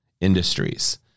industries